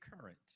current